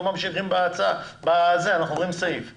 ממשיכים בסעיף אלא עוברים לסעיף הבא.